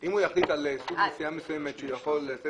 אם הוא יחליט על סוג נסיעה מסוימת שהוא יכול להטיל